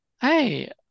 hey